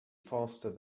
faster